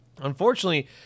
unfortunately